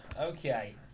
Okay